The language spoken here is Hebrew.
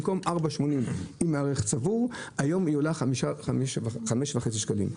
במקום 4.80 עם ערך צבור היום היא עולה 5.5 שקלים.